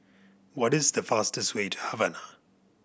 what is the fastest way to Havana